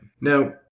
Now